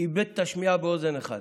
ואיבד את השמיעה באוזן אחת.